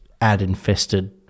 ad-infested